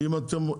אם אתם,